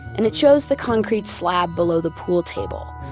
and it shows the concrete slab below the pool table,